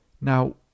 Now